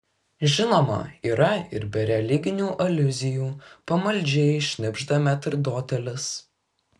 žinoma yra ir be religinių aliuzijų pamaldžiai šnibžda metrdotelis